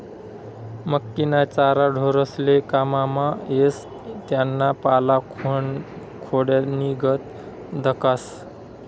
मक्कीना चारा ढोरेस्ले काममा येस त्याना पाला खोंड्यानीगत दखास